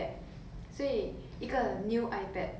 you will take and bring to the lost and found area